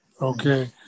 Okay